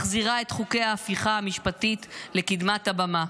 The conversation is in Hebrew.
מחזירה את חוקי ההפיכה המשפטית לקדמת הבמה,